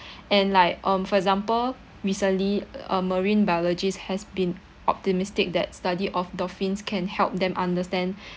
and like um for example recently a marine biologist has been optimistic that study of dolphins can help them understand